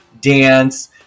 dance